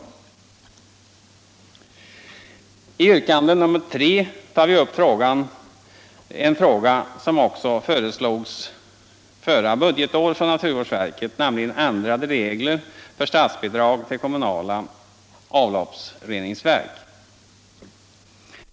I motionsyrkande nr 3 tar vi upp en fråga som fördes fram också förra budgetåret från naturvårdsverket, nämligen frågan om ändrade regler för statsbidrag till kommunala avloppsreningsverk.